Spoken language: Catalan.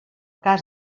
cas